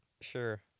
Sure